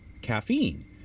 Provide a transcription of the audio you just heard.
caffeine